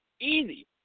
easy